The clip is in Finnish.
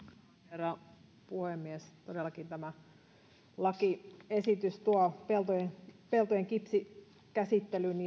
herra puhemies todellakin tämä lakiesitys tuo vauhtia peltojen kipsikäsittelyn